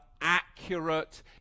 accurate